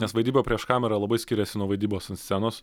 nes vaidyba prieš kamerą labai skiriasi nuo vaidybos ant scenos